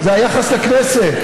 עבד נרצע של נתניהו.